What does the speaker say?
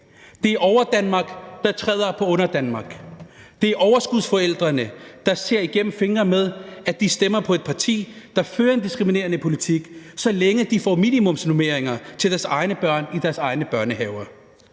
Det er Overdanmark, der træder på Underdanmark. Det er overskudsforældrene, der ser igennem fingre med, at de stemmer på et parti, der fører en diskriminerende politik, så længe de får minimumsnomineringer til deres egne børn i deres egne børnehaver.